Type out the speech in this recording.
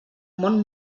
món